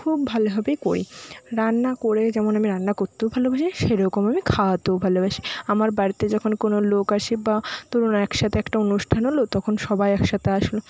খুব ভালোভাবেই করি রান্না করে যেমন আমি রান্না করতেও ভালোবাসি সেরকম আমি খাওয়াতেও ভালোবাসি আমার বাড়িতে যখন কোনও লোক আসে বা ধরুন একসাথে একটা অনুষ্ঠান হল তখন সবাই একসাথে আসলো